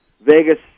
Vegas